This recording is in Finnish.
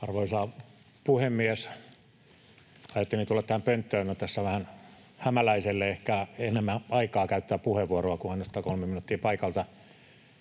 Arvoisa puhemies! Ajattelin tulla tähän pönttöön — tässä on vähän hämäläiselle ehkä enemmän aikaa käyttää puheenvuoroa kuin ainoastaan kolme minuuttia paikalta.